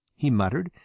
he muttered,